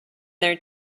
their